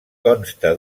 consta